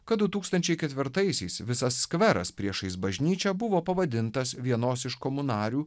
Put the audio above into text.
kad du tūkstančiai ketvirtaisiais visas skveras priešais bažnyčią buvo pavadintas vienos iš komunarių